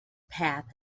path